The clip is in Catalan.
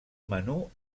menú